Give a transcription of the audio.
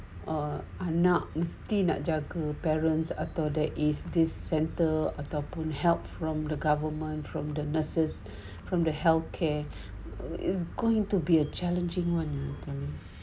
or anak mesti nak kena jaga parents atau there is this centre ataupun help from the government from the nurses from the healthcare is going to be a challenging one I tell you